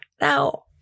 Now